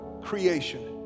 creation